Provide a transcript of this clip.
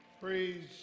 Praise